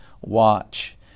watch